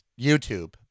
YouTube